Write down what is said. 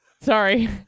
Sorry